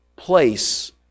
Place